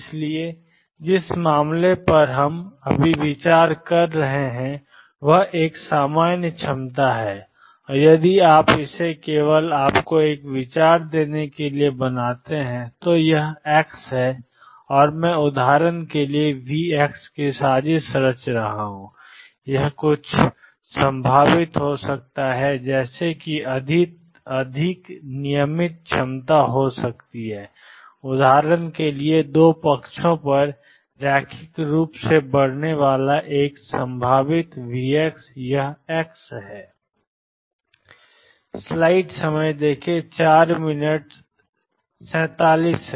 इसलिए जिस मामले पर हम अभी विचार कर रहे हैं वह एक सामान्य क्षमता है और यदि आप इसे केवल आपको एक विचार देने के लिए बनाते हैं तो यह x है और मैं उदाहरण के लिए V की साजिश रच रहा हूं यह कुछ संभावित हो सकता है जैसे कि अधिक नियमित क्षमता हो सकती है उदाहरण के लिए दो पक्षों पर रैखिक रूप से बढ़ने वाला एक संभावित V यह x है